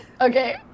Okay